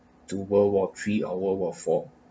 to world war three or world war four